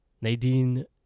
Nadine